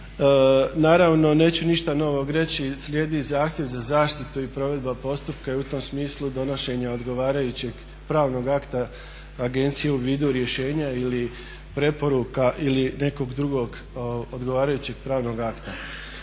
Naravno neću ništa novog reći. Slijedi zahtjev za zaštitu i provedba postupka i u tom smislu donošenje odgovarajućeg pravnog akta Agencije u vidu rješenja ili preporuka ili nekog drugog odgovarajućeg pravnog akta.